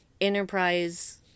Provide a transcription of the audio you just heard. enterprise